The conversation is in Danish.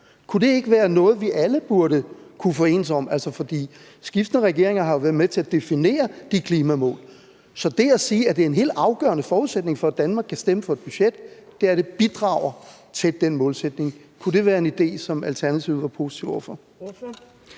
Kunne det ikke være noget, vi alle burde kunne forenes om? For skiftende regeringer har jo været med til at definere de klimamål. Så kunne det at sige, at en helt afgørende forudsætning for, at Danmark kan stemme for et budget, er, at det bidrager til den målsætning, være en idé, som Alternativet var positiv over for?